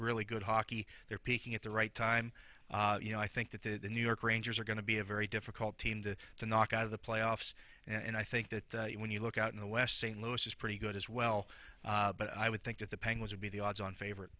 really good hockey they're peaking at the right time you know i think that the new york rangers are going to be a very difficult team to knock out of the playoffs and i think that when you look out in the west st louis is pretty good as well but i would think that the penguins would be the odds on favorite